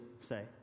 say